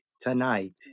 tonight